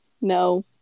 no